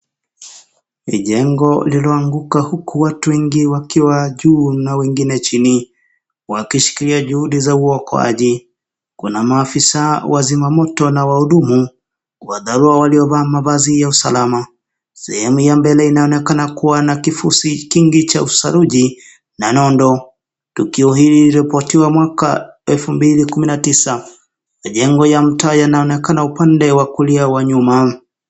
Ni jengo lililoanguka huku watu wengi wakiwa juu na wengine chini. Wakishikilia juhudi za uokoaji. Kuna maafisa wa zimamoto na wahudumu wa dharura waliovaa mavazi ya usalama. Sehemu ya mbele inaonekana kuwa na kifusi kingi cha usaruji na nondo. Tukio hili liliripotiwa mwaka wa elfu mbili kumi tisa. Majengo ya mtaa yanaonekana upande wa kulia wa nyuma.